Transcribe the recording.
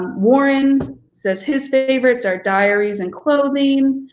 warren says his favorites are diaries and clothing.